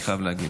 אני חייב להגיד,